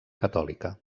catòlica